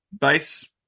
base